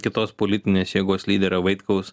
kitos politinės jėgos lyderio vaitkaus